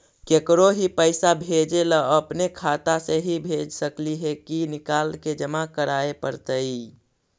केकरो ही पैसा भेजे ल अपने खाता से ही भेज सकली हे की निकाल के जमा कराए पड़तइ?